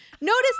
Notice